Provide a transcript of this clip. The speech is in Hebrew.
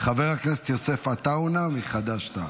יוסף עטאונה מחד"ש-תע"ל.